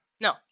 No